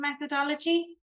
methodology